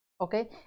Okay